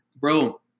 Bro